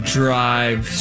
drive